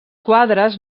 quadres